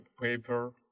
paper